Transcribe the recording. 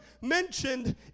mentioned